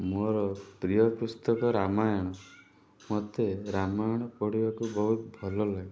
ମୋର ପ୍ରିୟ ପୁସ୍ତକ ରାମାୟଣ ମତେ ରାମାୟଣ ପଢ଼ିବାକୁ ବହୁତ ଭଲ ଲାଗେ